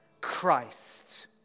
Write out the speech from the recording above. Christ